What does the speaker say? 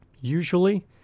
Usually